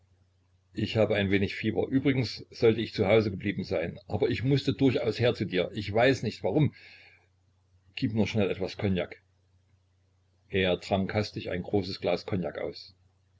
ich habe ein wenig fieber übrigens sollte ich zu hause geblieben sein aber ich mußte durchaus her zu dir ich weiß nicht warum gib nur schnell etwas cognac er trank hastig ein großes glas cognac aus